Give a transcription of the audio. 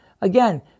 Again